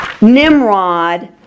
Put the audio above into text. Nimrod